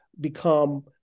become